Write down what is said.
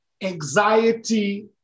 anxiety